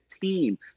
team